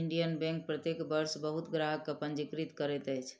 Indian bank प्रत्येक वर्ष बहुत ग्राहक के पंजीकृत करैत अछि